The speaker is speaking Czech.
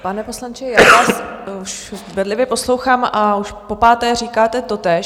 Pane poslanče, já vás bedlivě poslouchám a už popáté říkáte totéž.